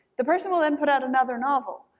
the person will then put out another novel.